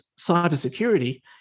cybersecurity